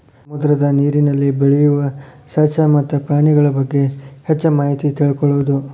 ಸಮುದ್ರದ ನೇರಿನಲ್ಲಿ ಬೆಳಿಯು ಸಸ್ಯ ಮತ್ತ ಪ್ರಾಣಿಗಳಬಗ್ಗೆ ಹೆಚ್ಚ ಮಾಹಿತಿ ತಿಳಕೊಳುದು